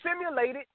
simulated